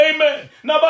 Amen